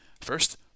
First